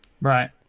Right